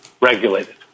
regulated